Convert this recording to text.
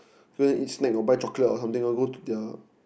if you wanna eat snack or buy chocolate or something go to their